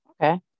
Okay